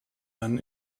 dann